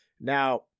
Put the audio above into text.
Now